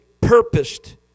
purposed